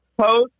post